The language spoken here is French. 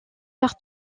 par